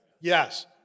Yes